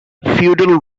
feudal